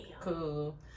Cool